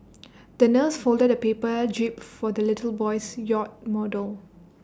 the nurse folded A paper jib for the little boy's yacht model